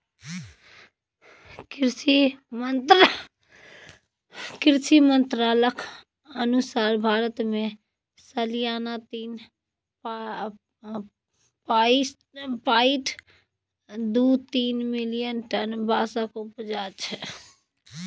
कृषि मंत्रालयक अनुसार भारत मे सलियाना तीन पाँइट दु तीन मिलियन टन बाँसक उपजा छै